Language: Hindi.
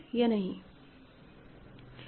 अब फिर से R के दो सदस्य a बाय b और c बाय d लेते हैं